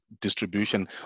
distribution